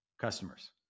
customers